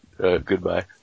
goodbye